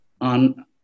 on